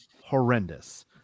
horrendous